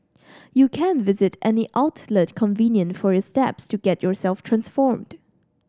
you can visit any outlet convenient for your steps to get yourself transformed